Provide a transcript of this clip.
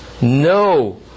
No